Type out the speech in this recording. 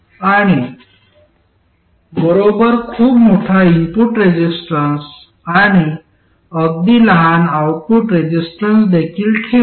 आणि बरोबर खूप मोठा इनपुट रेझिस्टन्स आणि अगदी लहान आउटपुट रेझिस्टन्स देखील ठेवू